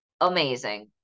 amazing